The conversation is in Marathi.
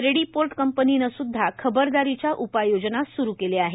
रेडी पोर्ट कंपनीन सूदधा खबरदारीच्या उपाययोजना सूरू केल्या आहेत